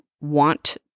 want